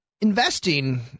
investing